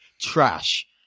trash